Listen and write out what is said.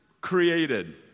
created